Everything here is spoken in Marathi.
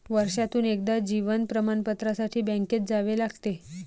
वर्षातून एकदा जीवन प्रमाणपत्रासाठी बँकेत जावे लागते